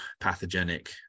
pathogenic